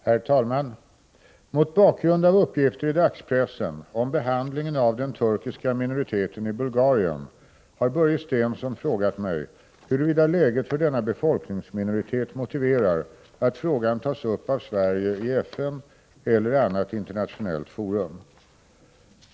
Herr talman! Mot bakgrund av uppgifter i dagspressen om behandlingen av den turkiska minoriteten i Bulgarien har Börje Stensson frågat mig huruvida läget för denna befolkningsminoritet motiverar att frågan tas upp av Sverige i FN eller annat internationellt forum.